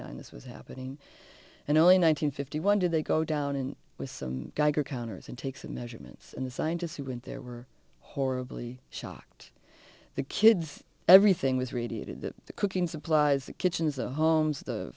nine this was happening and only nine hundred fifty one did they go down and with some geiger counters and take some measurements and the scientists who went there were horribly shocked the kids everything was radiated the cooking supplies the kitchens the homes the